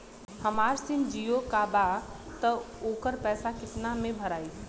हमार सिम जीओ का बा त ओकर पैसा कितना मे भराई?